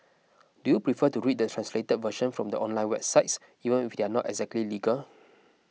do you prefer to read the translated version from the online websites even if they are not exactly legal